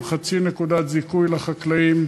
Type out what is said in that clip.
חצי נקודת זיכוי לחקלאים,